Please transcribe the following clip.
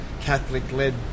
Catholic-led